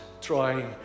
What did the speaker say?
trying